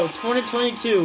2022